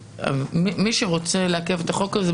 מי שרוצה לעכב את החוק הזה,